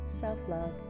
self-love